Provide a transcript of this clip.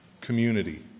community